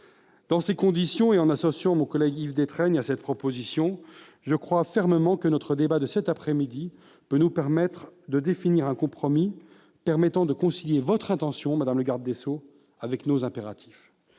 Dans ces conditions, et en associant mon collègue Yves Détraigne à mes propos, je crois fermement que notre débat de cet après-midi peut nous permettre de définir un compromis rendant possible de concilier votre intention, madame la garde des sceaux, avec nos impératifs.